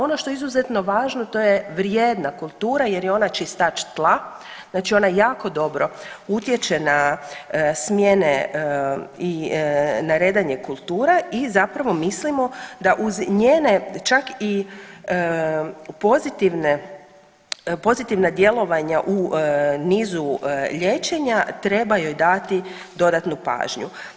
Ono što je izuzetno važno to je vrijedna kultura jer je ona čistač tla, znači ona jako dobro utječe na smjene i na redanje kultura i zapravo mislimo da uz njene čak i pozitivna djelovanja u nizu liječenja treba joj dati dodatnu pažnju.